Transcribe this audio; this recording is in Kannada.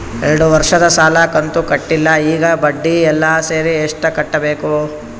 ಎರಡು ವರ್ಷದ ಸಾಲದ ಕಂತು ಕಟ್ಟಿಲ ಈಗ ಬಡ್ಡಿ ಎಲ್ಲಾ ಸೇರಿಸಿ ಎಷ್ಟ ಕಟ್ಟಬೇಕು?